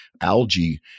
algae